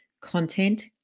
content